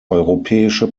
europäische